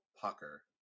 pucker